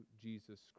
Jesus